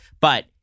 but-